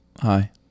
Hi